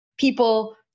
people